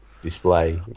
display